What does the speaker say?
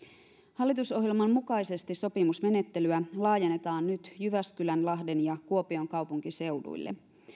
hallitusohjelman mukaisesti sopimusmenettelyä laajennetaan nyt jyväskylän lahden ja kuopion kaupunkiseuduille